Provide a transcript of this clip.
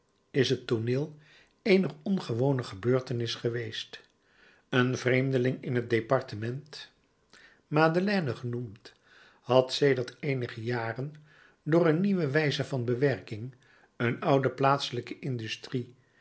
is het tooneel eener ongewone gebeurtenis geweest een vreemdeling in het departement madeleine genoemd had sedert eenige jaren door een nieuwe wijze van bewerking een oude plaatselijke industrie